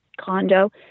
condo